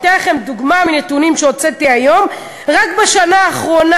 אתן לכם דוגמה מנתונים שהוצאתי היום: רק בשנה האחרונה